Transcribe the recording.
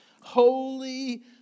Holy